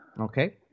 Okay